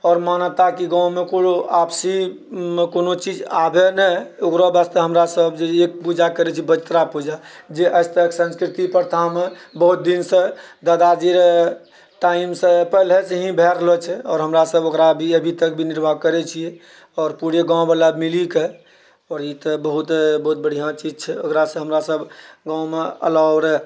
आओर मानवता की गाँवमे कोनो आपसीमे कोनो चीज आबए नहि ओकरो वास्ते हमरासब जे एक पूजा करैत छिऐ बजित्रा पूजा जे आजतक संस्कृति प्रथामे बहुत दिनसँ दादाजी रऽ टाइमसँ पहिलेसँ ही भए रहलो छै आओर हमरासब ओकरा अभीतक निर्वाह करैत छिऐ आओर पुरे गाँववला मिलीके आओर ई तऽ बहुत बहुत बढ़िआँ चीज छै ओकरासँ हमरासब गाँवमे अलाउ रऽ